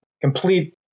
complete